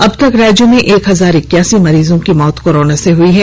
अब तक राज्य में एक हजार इक्यासी मरीज की मौत कोरोना से हुई हैं